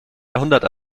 jahrhundert